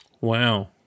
Wow